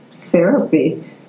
Therapy